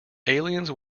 aliens